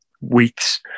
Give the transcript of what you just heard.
weeks